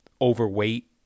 overweight